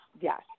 yes